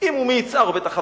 אם הוא מיצהר הוא בטח עבריין,